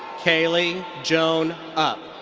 kayley joan upp.